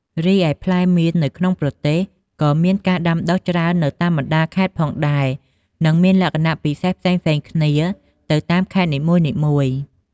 រីឯផ្លែមៀន នៅក្នុងប្រទេសក៏មានការដាំដុះច្រើននៅតាមបណ្ដាលខេត្តផងដែរ និងមានលក្ខណៈពិសេសផ្សេងៗគ្នាទៅតាមខេត្តនីមួយ។